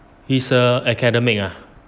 he's a academic ah